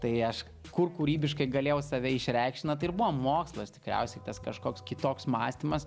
tai aš kur kūrybiškai galėjau save išreikšt na tai ir buvo mokslas tikriausiai tas kažkoks kitoks mąstymas